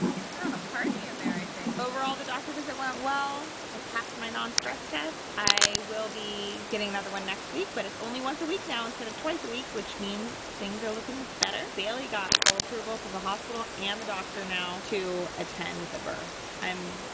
he's throwing a party in there i think. overall the doctor visit went well. i passed my non-stress test. i will be getting another one next week. but it's only once a week now instead of twice a week which means things are looking better. bailey got full approval from the hospital and the doctor now. to attend the birth. i'm